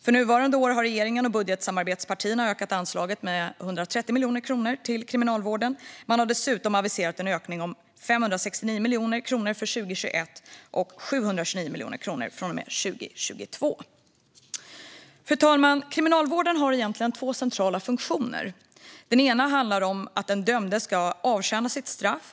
För nuvarande år har regeringen och budgetsamarbetspartierna ökat anslaget till Kriminalvården med 130 miljoner kronor. Man har dessutom aviserat en ökning om 569 miljoner kronor för 2021 och 729 miljoner kronor från och med 2022. Fru talman! Kriminalvården har egentligen två centrala funktioner. Den ena handlar om att den dömde ska avtjäna sitt straff.